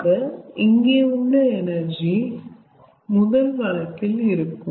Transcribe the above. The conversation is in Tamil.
ஆக இங்க உள்ள எனர்ஜி முதல் வழக்கில் இருக்கும்